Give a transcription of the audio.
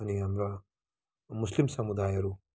अनि हाम्रा मुस्लिम समुदायहरू